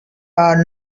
are